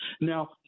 Now